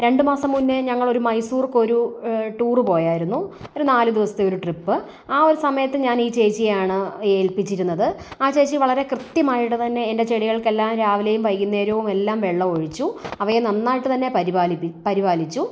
രണ്ട് മാസം മുന്നേ ഞങ്ങൾ ഒരു മൈസൂർക്കൊരു ടൂറ് പോയായിരുന്നു ഒരു നാല് ദിവസത്തെ ഒരു ട്രിപ്പ് ആ ഒരു സമയത്ത് ഞാനീ ചേച്ചിയെ ആണ് ഏൽപ്പിച്ചിരുന്നത് ആ ചേച്ചി വളരെ കൃത്യമായിട്ട് തന്നെ എൻ്റെ ചെടികൾക്കെല്ലാം രാവിലെയും വൈകുന്നേരവും എല്ലാം വെള്ളം ഒഴിച്ചു അവയെ നന്നായിട്ടു തന്നെ പരിപാലിപി പരിപാലിച്ചു